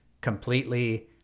completely